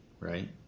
Right